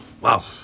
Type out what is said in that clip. Wow